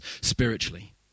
spiritually